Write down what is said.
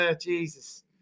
Jesus